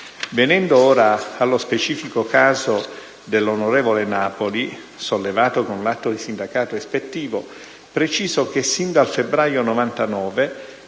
Venendo ora allo specifico caso dell'onorevole Napoli, sollevato con l'atto di sindacato ispettivo, preciso che sin dal febbraio 1999